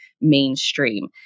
mainstream